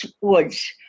woods